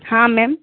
ہاں میم